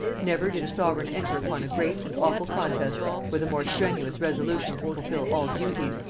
never did a sovereign enter upon a great and awful contest with a more strenuous resolution to fulfil all duties,